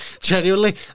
genuinely